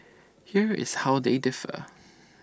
here is how they differ